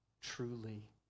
truly